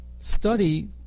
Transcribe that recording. study